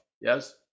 Yes